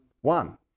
one